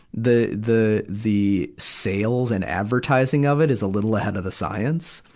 the, the, the sales and advertising of it is a little ahead of the science,